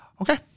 Okay